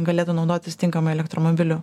galėtų naudotis tinkamai elektromobiliu